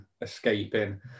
escaping